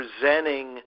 presenting